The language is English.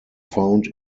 found